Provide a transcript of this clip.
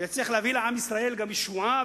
יצליח להביא לעם ישראל גם ישועה,